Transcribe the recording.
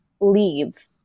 leave